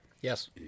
Yes